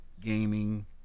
gaming